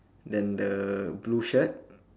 then the blue shirt